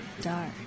dark